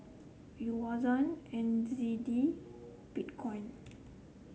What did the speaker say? Yuan and Z D Bitcoin